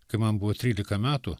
kai man buvo trylika metų